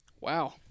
wow